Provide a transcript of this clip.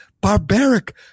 barbaric